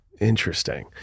Interesting